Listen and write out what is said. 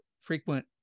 frequent